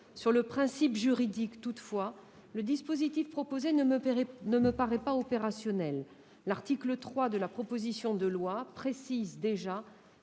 Sur le plan juridique toutefois, le dispositif proposé ne me paraît pas opérationnel. L'article 3 de la proposition de loi précise déjà